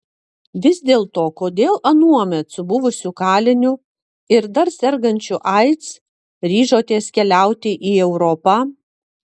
vis dėlto kodėl anuomet su buvusiu kaliniu ir dar sergančiu aids ryžotės keliauti į europą